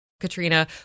Katrina